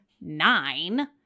nine